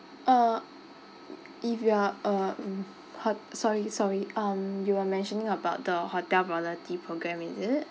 uh if you are uh mm ho~ sorry sorry um you are mentioning about the hotel loyalty programme is it